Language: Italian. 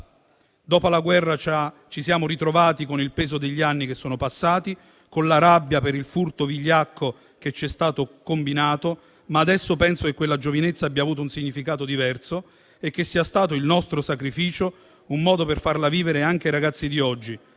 Dopo la guerra ci siamo ritrovati con il peso degli anni che sono passati, con la rabbia per il furto vigliacco che ci era stato combinato. Ma adesso penso che quella giovinezza abbia avuto un significato diverso. E che sia stato, il nostro sacrificio, un modo per farla vivere anche ai ragazzi di oggi,